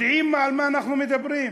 יודעים על מה אנחנו מדברים?